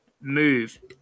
move